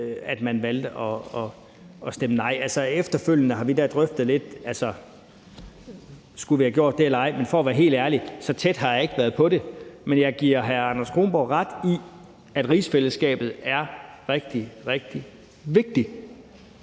at man valgte at stemme nej. Altså, efterfølgende har vi da drøftet lidt, om vi skulle have gjort det eller ej. Men for at være helt ærlig har jeg ikke været så tæt på det. Jeg giver hr. Anders Kronborg ret i, at rigsfællesskabet er rigtig, rigtig vigtigt.